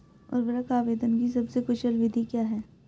उर्वरक आवेदन की सबसे कुशल विधि क्या है?